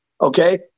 okay